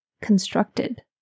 constructed